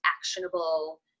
actionable